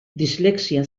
dislexia